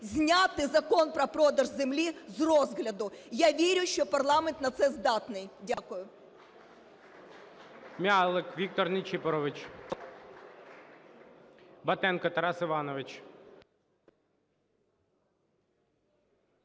зняти Закон про продаж землі з розгляду. Я вірю, що парламент на це здатний. Дякую.